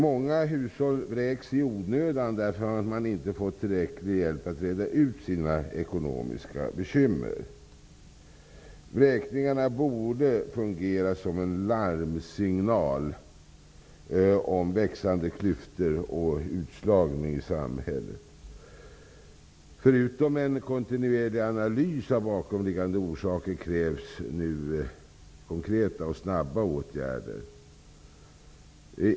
Många hushålls vräks i onödan, därför att man inte fått tillräcklig hjälp att reda ut sina ekonomiska bekymmer. Vräkningarna borde fungera som en larmsignal om växande klyftor och utslagning i samhället. Förutom en kontinuerlig analys av bakomliggande orsaker krävs nu konkreta och snabba åtgärder.